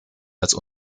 als